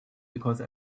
because